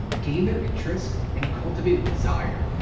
gain their interest and cultivated desire,